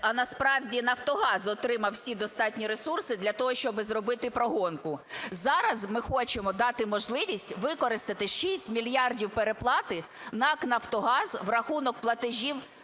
а насправді Нафтогаз отримав всі достатні ресурси для того, щоб зробити прогонку. Зараз ми хочемо дати можливість використати 6 мільярдів переплати НАК "Нафтогаз" в рахунок платежів